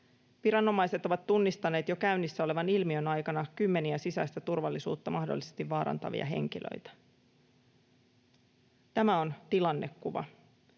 Viranomaiset ovat tunnistaneet jo käynnissä olevan ilmiön aikana kymmeniä sisäistä turvallisuutta mahdollisesti vaarantavia henkilöitä. Tämä on tilannekuva.